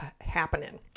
happening